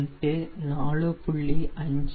57 0